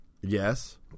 Yes